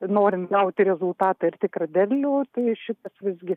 norint gauti rezultatą ir tikrą derlių tai šitas visgi